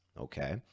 okay